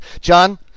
John